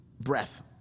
Breath